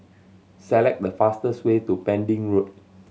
select the fastest way to Pending Road